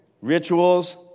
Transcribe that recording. rituals